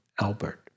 Albert